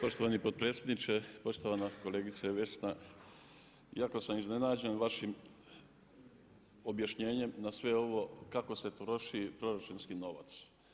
Poštovani potpredsjedniče, poštovana kolegice Vesna jako sam iznenađen vašim objašnjenjem na sve ovo kako se troši proračunski novac.